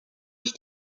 ich